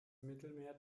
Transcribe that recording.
mittelmeer